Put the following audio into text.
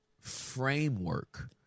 framework